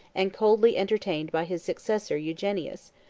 and coldly entertained by his successor eugenius,